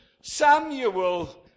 Samuel